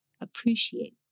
appreciate